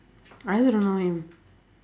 I also don't know him